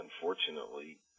unfortunately